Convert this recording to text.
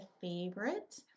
favorite